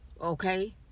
Okay